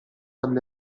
alle